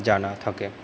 জানা থাকে